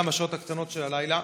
גם בשעות הקטנות של הלילה.